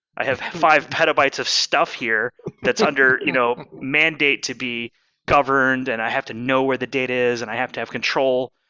i have five petabytes of stuff here that's you know mandate to be governed, and i have to know where the data is, and i have to have control,